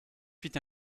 fit